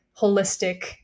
holistic